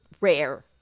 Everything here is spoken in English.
rare